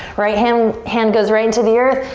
right hand hand goes right into the earth.